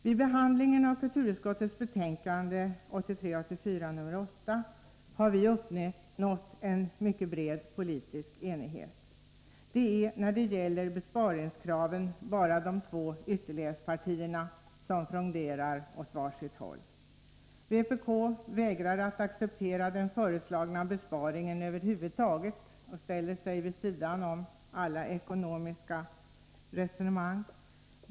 Vid utarbetandet av kulturutskottets betänkande 1983/84:8 har vi uppnått en mycket bred politisk enighet. Det är när det gäller besparingskraven som de två ytterlighetspartierna fronderar åt var sitt håll. Vpk vägrar att acceptera den föreslagna besparingen över huvud taget och ställer sig vid sidan om alla ekonomiska resonemang.